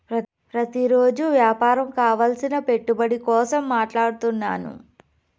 ప్రతిరోజు వ్యాపారం కావలసిన పెట్టుబడి కోసం మాట్లాడుతున్నాను